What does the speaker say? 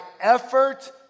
effort